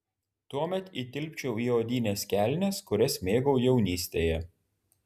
tuomet įtilpčiau į odines kelnes kurias mėgau jaunystėje